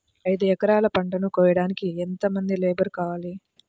ఐదు ఎకరాల పంటను కోయడానికి యెంత మంది లేబరు కావాలి?